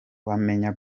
wamenya